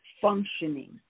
functioning